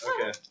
Okay